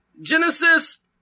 Genesis